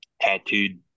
tattooed